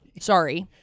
Sorry